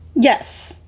yes